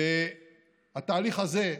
והתהליך הזה,